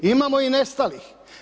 Imamo i nestalih.